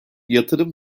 yatırım